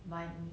my